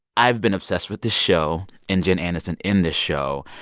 i've been obsessed with this show and jen aniston in this show,